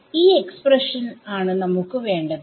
ഈ എക്സ്പ്രഷൻആണ് നമുക്ക് വേണ്ടത്